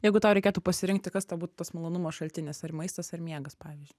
jeigu tau reikėtų pasirinkti kas tau būt tas malonumo šaltinis ar maistas ar miegas pavyzdžiui